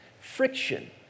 friction